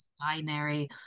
binary